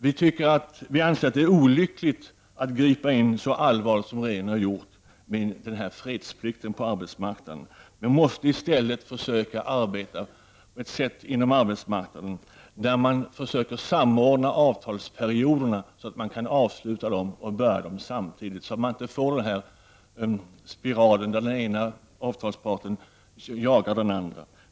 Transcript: Vi anser att det är olyckligt att gripa in så allvarligt som regeringen har gjort i fråga om fredsplikten på arbetsmarknaden. Vi måste i stället försöka arbeta fram ett system på arbetsmarknaden där man samordnar avtalsperioderna så att man kan avsluta och börja samtidigt. Då slipper vi en spiral där den ena avtalsparten jagar den andra.